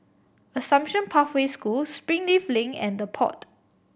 Assumption Pathway School Springleaf Link and The Pod